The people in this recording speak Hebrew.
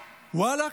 וואלכ,